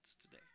today